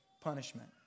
punishment